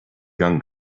young